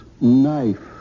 knife